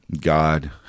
God